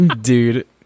dude